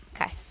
Okay